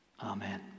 amen